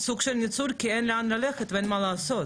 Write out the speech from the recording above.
כי אין לאן ללכת ואין מה לעשות.